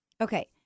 Okay